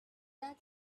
that